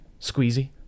squeezy